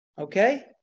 Okay